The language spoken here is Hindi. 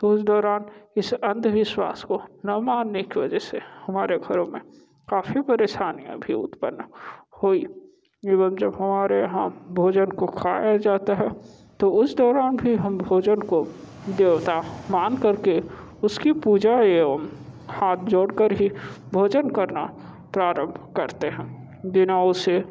तो उस दौरान इस अंधविश्वास को ना मानने की वजह से हमारे घरों में काफ़ी परेशानियाँ भी उत्पन्न हुई एवं जब हमारे यहाँ भोजन को खाया जाता है तो उस दौरान भी हम भोजन को देवता मान करके उसकी पूजा एवं हाथ जोड़कर ही भोजन करना प्रारंभ करते हैं बिना उसे